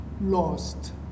lost